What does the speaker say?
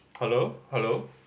hello hello